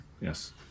yes